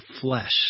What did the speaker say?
flesh